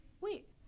Wait